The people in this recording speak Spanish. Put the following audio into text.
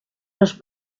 los